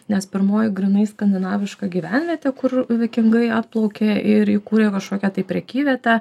nes pirmoji grynai skandinaviška gyvenvietė kur vikingai atplaukė ir įkūrė kažkokią tai prekyvietę